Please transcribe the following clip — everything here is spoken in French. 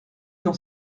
dans